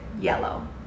yellow